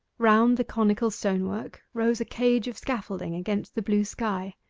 round the conical stonework rose a cage of scaffolding against the blue sky,